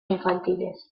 infantiles